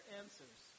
answers